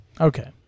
Okay